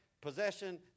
possession